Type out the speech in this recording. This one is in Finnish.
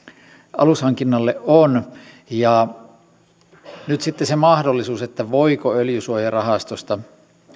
alushankinnalle on nyt sitten se mahdollisuus voiko öljysuojarahastosta